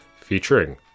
featuring